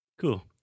Cool